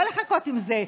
לא לחכות עם זה,